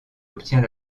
obtient